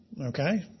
Okay